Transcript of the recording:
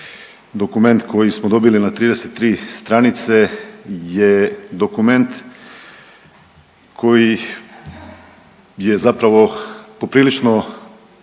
dokument koji smo dobili na 33 stranice je dokument koji je zapravo poprilično